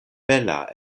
bela